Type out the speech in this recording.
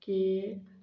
cake